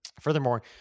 Furthermore